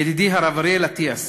ידידי הרב אריאל אטיאס.